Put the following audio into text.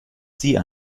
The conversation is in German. sie